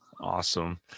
Awesome